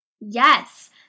Yes